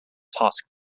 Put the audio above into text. task